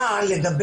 הגדרה: